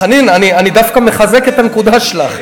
חנין, אני דווקא מחזק את הנקודה שלך.